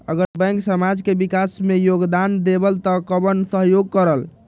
अगर बैंक समाज के विकास मे योगदान देबले त कबन सहयोग करल?